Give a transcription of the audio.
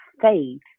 faith